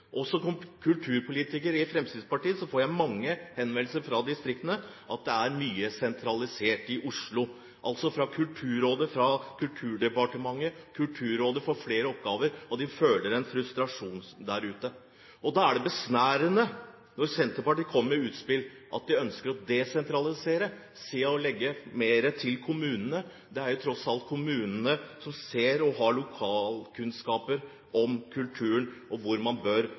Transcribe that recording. kulturpolitiker i Fremskrittspartiet får jeg mange henvendelser fra distriktene om at mye er sentralisert i Oslo – Kulturrådet, Kulturdepartementet. Kulturrådet får flere oppgaver, og man føler en frustrasjon der ute. Da er det besnærende når Senterpartiet kommer med utspill om at de ønsker å desentralisere, å legge mer til kommunene. Det er jo tross alt kommunene som ser og har lokalkunnskaper om kulturen, og hvor man bør